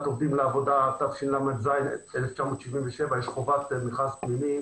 עובדים לעבודה תשל"ז-1977 יש חובת מכרז פנימי